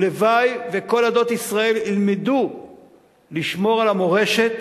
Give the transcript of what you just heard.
ולוואי שכל עדות ישראל ילמדו לשמור על המורשת